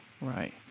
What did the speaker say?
right